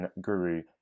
Guru